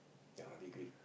yeah degree